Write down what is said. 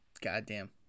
Goddamn